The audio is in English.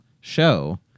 show